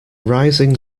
rising